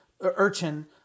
urchin